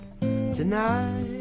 Tonight